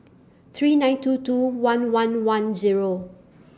three nine two two one one one Zero